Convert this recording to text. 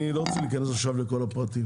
אני לא רוצה להיכנס עכשיו לכל הפרטים